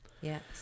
Yes